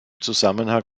zusammenhang